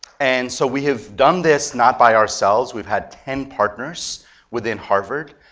and so we have done this not by ourselves. we've had ten partners within harvard,